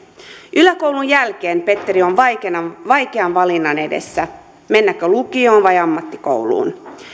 yläkoulun jälkeen petteri on vaikean valinnan edessä mennäkö lukioon vai ammattikouluun